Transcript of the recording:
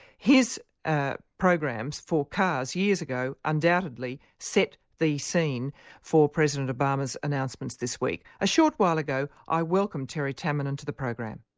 his ah programs for cars years ago, undoubtedly set the scene for president obama's announcements this week. a short while ago, i welcomed terry tamminen to the program.